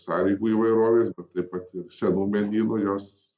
sąlygų įvairovės bet taip pat ir senų medynų jos